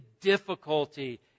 difficulty